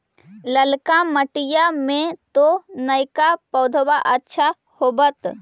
ललका मिटीया मे तो नयका पौधबा अच्छा होबत?